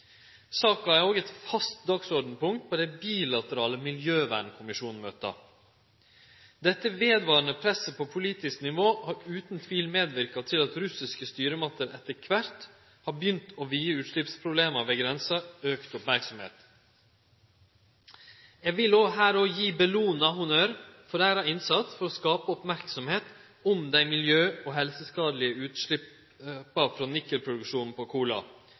Saka er òg eit fast dagsordenspunkt på dei bilaterale miljøvernkommisjonsmøta. Dette vedvarande presset på politisk nivå har utan tvil medverka til at russiske styresmakter etter kvart har begynt å vise utsleppsproblema ved grensa auka merksemd. Eg vil her gje Bellona honnør for deira innsats for å skape merksemd om dei miljø- og helseskadelege utsleppa frå nikkelproduksjonen på Kola.